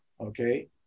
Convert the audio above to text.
Okay